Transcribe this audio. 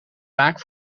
vaak